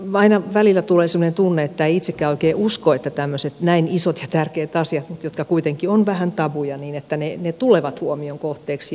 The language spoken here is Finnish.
aina välillä tulee semmoinen tunne että ei itsekään oikein usko että tämmöiset näin isot ja tärkeät asiat jotka kuitenkin ovat vähän tabuja tulevat huomion kohteeksi